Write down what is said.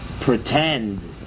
pretend